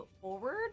forward